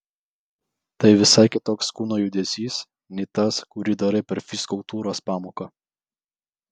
tai visai kitoks kūno judesys nei tas kurį darai per fizkultūros pamoką